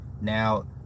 Now